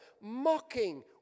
mocking